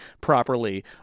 properly